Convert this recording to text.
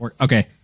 Okay